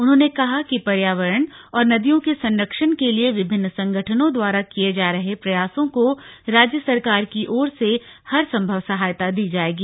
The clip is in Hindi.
उन्होंने कहा कि पर्यावरण और नदियों के संरक्षण के लिए विभिन्न संगठनों द्वारा किए जा रहे प्रयासों को राज्य सरकार की ओर से हर संभव सहायता दी जाएगी